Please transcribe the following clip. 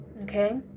okay